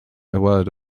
award